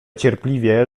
cierpliwie